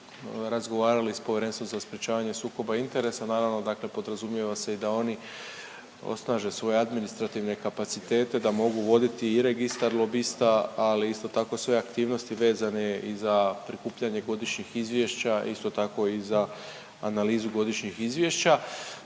razgovarali s Povjerenstvom za sprječavanje sukoba interesa. Naravno dakle podrazumijeva se i da oni osnaže svoje administrativne kapacitete da mogu voditi i registar lobista, ali isto tako sve aktivnosti vezane za prikupljanje godišnjih izvješća, isto tako i za analizu godišnjih izvješća.